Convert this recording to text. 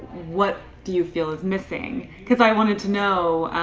what do you feel is missing? cause i wanted to know,